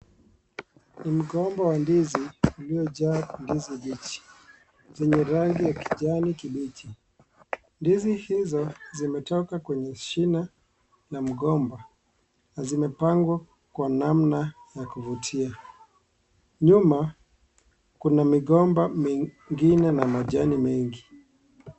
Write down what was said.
Ni mgomba wa ndizi uliojaa ndizi mbichi zenye rangi ya kijani kibichi . Ndizi hizo zimetoka kwenye shina la mgomba na zimepangwa kwa namna ya kuvutia . Nyuma kuna migomba mingine na majani mengi.